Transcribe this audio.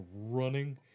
running